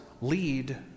lead